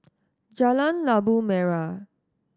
Jalan Labu Merah